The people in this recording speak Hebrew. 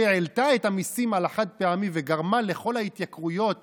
שהעלתה את המיסים על החד-פעמי וגרמה לכל ההתייקרויות